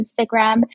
Instagram